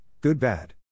good-bad